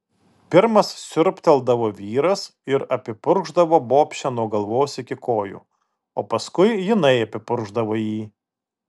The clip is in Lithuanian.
pirmas siurbteldavo vyras ir apipurkšdavo bobšę nuo galvos iki kojų o paskui jinai apipurkšdavo jį